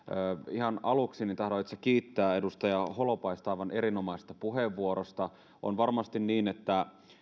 ihan aluksi tahdon itse kiittää edustaja holopaista aivan erinomaisesta puheenvuorosta on varmasti niin että